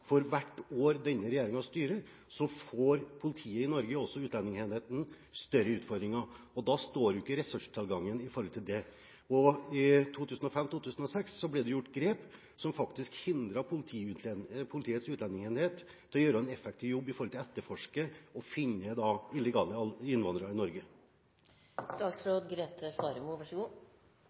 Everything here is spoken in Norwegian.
For hvert år denne regjeringen styrer, får politiet i Norge, også utlendingsenheten, større utfordringer. Ressurstilgangen står ikke i forhold til det. I 2005–2006 ble det gjort grep som faktisk hindret Politiets utlendingsenhet i å gjøre en effektiv jobb for å etterforske og finne illegale innvandrere i